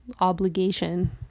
obligation